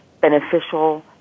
beneficial